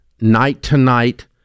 night-to-night